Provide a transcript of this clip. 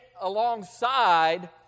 alongside